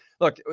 look